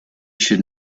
should